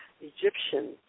Egyptian